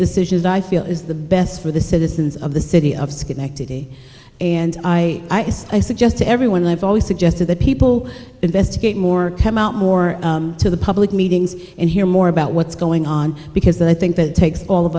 decisions i feel is the best for the citizens of the city of schenectady and i guess i suggest to everyone i've always suggested that people investigate more come out more to the public meetings and hear more about what's going on because i think that it takes all of